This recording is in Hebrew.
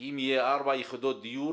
כי אם יהיו ארבע יחידות דיור,